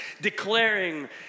declaring